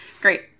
Great